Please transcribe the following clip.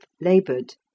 laboured